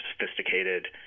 sophisticated